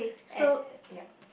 eh yup